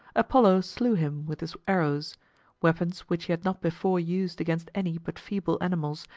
apollo slew him with his arrows weapons which he had not before used against any but feeble animals,